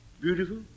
Beautiful